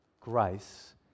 grace